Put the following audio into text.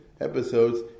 episodes